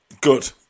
Good